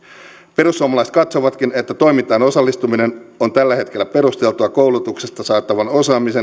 perussuomalaiset katsovatkin että toimintaan osallistuminen on tällä hetkellä perusteltua koulutuksesta saatavan osaamisen